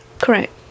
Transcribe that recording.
correct